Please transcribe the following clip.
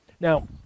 Now